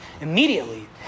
immediately